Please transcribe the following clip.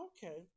Okay